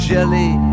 Jelly